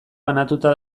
banatuta